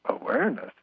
awareness